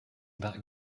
that